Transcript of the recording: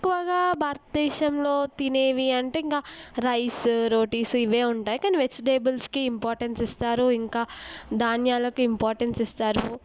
ఎక్కువగా భారతదేశంలో తినేవి అంటే ఇంకా రైస్ రోటీసి ఇవే ఉంటాయి కానీ వెజిటేబుల్స్కి ఇంపార్టెన్స్ ఇస్తారు ఇంకా ధాన్యాలకు ఇంపార్టెన్స్ ఇస్తారు